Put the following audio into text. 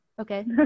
Okay